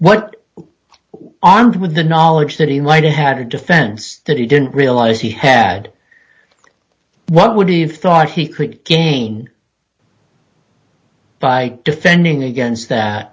what armed with the knowledge that he might have had a defense that he didn't realize he had what would he have thought he could gain by defending against that